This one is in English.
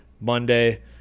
Monday